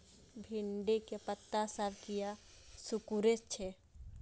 भिंडी के पत्ता सब किया सुकूरे छे?